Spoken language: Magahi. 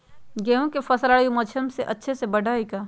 गेंहू के फ़सल रबी मौसम में अच्छे से बढ़ हई का?